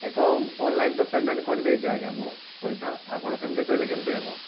ଦେଖ ଅନଲାଇନ୍ ତ ପେମେଣ୍ଟ କରିଦେଇଛି ଆଜ୍ଞା ମୁଁ ପଇସା ଆପଣ ସେମିତି କହିଲେ କେମିତି ହେବ